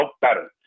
better